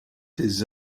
des